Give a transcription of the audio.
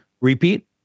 repeat